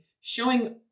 showing